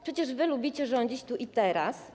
Przecież wy lubicie rządzić tu i teraz.